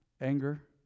anger